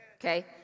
okay